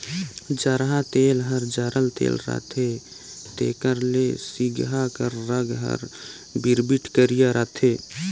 जरहा तेल हर जरल तेल रहथे तेकर ले सिगहा कर रग हर बिरबिट करिया रहथे